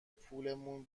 پولمون